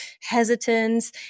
hesitance